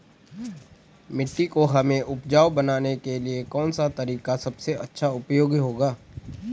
मिट्टी को हमें उपजाऊ बनाने के लिए कौन सा तरीका सबसे अच्छा उपयोगी होगा?